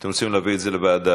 שאתם רוצים להביא את זה לוועדה?